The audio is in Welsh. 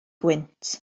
gwynt